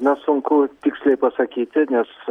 na sunku tiksliai pasakyti nes